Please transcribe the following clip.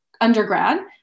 undergrad